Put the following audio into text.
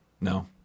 No